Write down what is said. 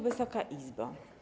Wysoka Izbo!